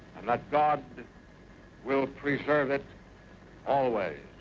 and that god will preserve it always.